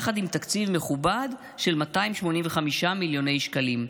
יחד עם תקציב מכובד של 285 מיליון שקלים,